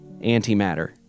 Antimatter